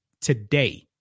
today